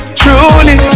truly